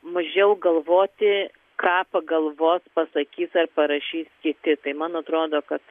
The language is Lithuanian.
mažiau galvoti ką pagalvos pasakys ar parašys kiti tai man atrodo kad